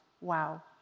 Wow